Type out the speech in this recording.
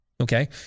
Okay